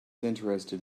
interested